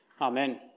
Amen